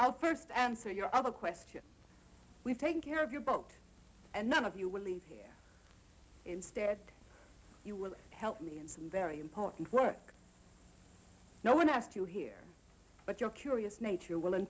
our first answer your other question we take care of your book and none of you will leave here instead you will help me in some very important work no one asked you here but you're curious nature will in